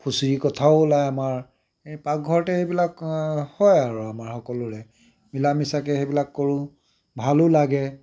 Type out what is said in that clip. ফুচুৰি কথাও ওলাই আমাৰ এই পাকঘৰতে সেইবিলাক হয় আৰু আমাৰ সকলোৰে মিলামিচাকৈ সেইবিলাক কৰোঁ ভালো লাগে